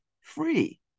free